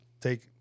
take